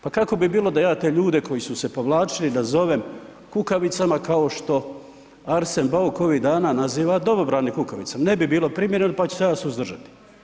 Pa kako bi bilo da ja te ljude koji su se povlačili da zovem kukavicama kao što Arsen Bauk ovih dana naziva domobrane kukavicama, ne bi bilo primjereno pa ću se ja suzdržati.